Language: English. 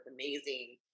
amazing